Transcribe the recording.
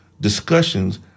discussions